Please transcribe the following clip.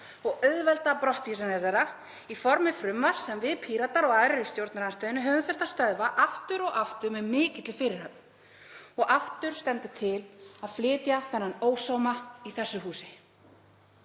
og auðvelda brottvísanir þeirra í formi frumvarps sem við Píratar og aðrir í stjórnarandstöðunni höfum þurft að stöðva aftur og aftur með mikilli fyrirhöfn. Og aftur stendur til að flytja þennan ósóma í þessu húsi.